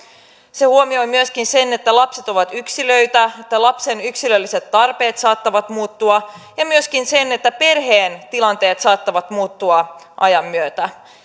se huomioi myöskin sen että lapset ovat yksilöitä että lapsen yksilölliset tarpeet saattavat muuttua ja myöskin sen että perheen tilanteet saattavat muuttua ajan myötä